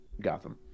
gotham